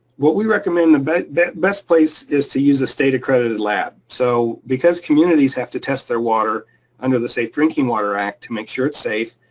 what we recommend, the best best place is to use a state accredited lab. so because communities have to test their water under the safe drinking water act to make sure it's safe,